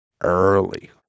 early